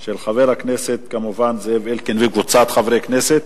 של חבר הכנסת כמובן זאב אלקין וקבוצת חברי הכנסת,